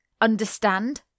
Understand